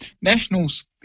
Nationals